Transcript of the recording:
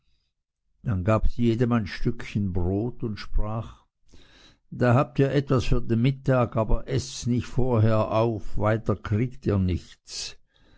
dann gab sie jedem ein stückchen brot und sprach da habt ihr etwas für den mittag aber eßts nicht vorher auf weiter kriegt ihr nichts